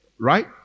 right